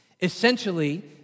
Essentially